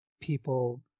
people